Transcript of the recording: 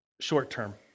short-term